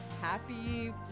Happy